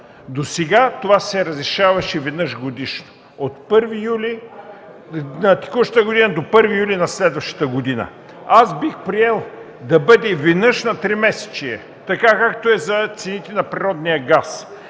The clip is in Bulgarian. Досега това се разрешаваше веднъж годишно – от 1 юли на текущата година, до 1 юли на следващата година. Аз бих приел да бъде веднъж на тримесечие, както е за цените на природния газ.